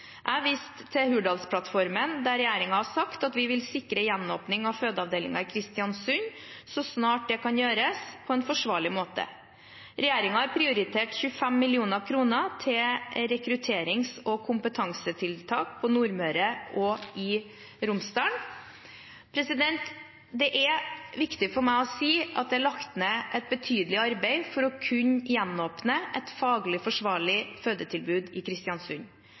Jeg viste til Hurdalsplattformen, der regjeringen har sagt at vi vil sikre gjenåpning av fødeavdelingen i Kristiansund så snart det kan gjøres på en forsvarlig måte. Regjeringen har prioritert 25 mill. kr til rekrutterings- og kompetansetiltak på Nordmøre og i Romsdal. Det er viktig for meg å si at det er lagt ned et betydelig arbeid for å kunne gjenåpne et faglig forsvarlig fødetilbud i Kristiansund.